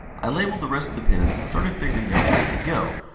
i labelled the rest of the pins and started figuring out where they go.